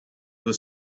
was